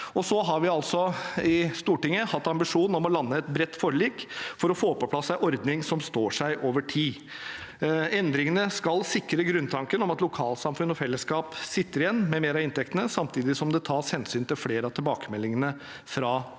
Stortinget hatt ambisjon om å lande et bredt forlik for å få på plass en ordning som står seg over tid. Endringene skal sikre grunntanken om at lokalsamfunn og fellesskap sitter igjen med mer av inntektene, samtidig som det tas hensyn til flere av tilbakemeldingene fra næringen.